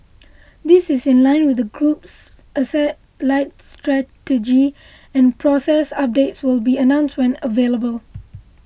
this is in line with the group's asset light strategy and progress updates will be announced when available